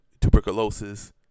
tuberculosis